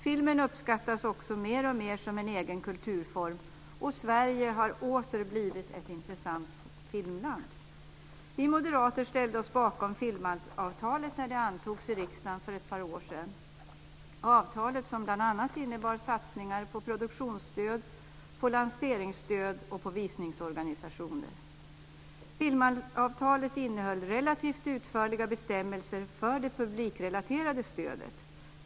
Filmen uppskattas också mer och mer som en egen kulturform, och Sverige har åter blivit ett intressant filmland. Vi moderater ställde oss bakom filmavtalet när det antogs i riksdagen för ett par år sedan, ett avtal som bl.a. innebar satsningar på produktionsstöd, på lanseringsstöd och på visningsorganisationer. Filmavtalet innehöll relativt utförliga bestämmelser för det publikrelaterade stödet.